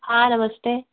हाँ नमस्ते